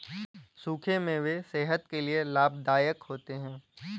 सुखे मेवे सेहत के लिये लाभदायक माने जाते है